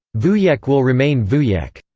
wujek will remain wujek,